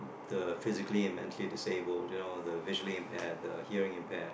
the physically and mentally disabled you know the visually impaired the hearing impaired